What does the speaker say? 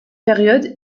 période